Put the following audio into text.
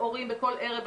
הורים בכל ערב.